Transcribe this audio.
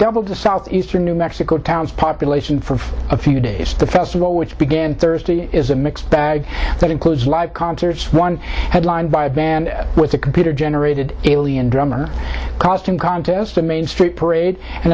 doubled the southeastern new mexico town's population for a few days the festival which began thursday is a mixed bag that includes live concerts one headlined by a band with a computer generated alien drummer costume contest a main street parade and